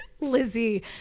Lizzie